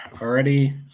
already